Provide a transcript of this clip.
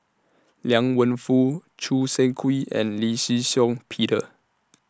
Liang Wenfu Choo Seng Quee and Lee Shih Shiong Peter